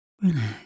relax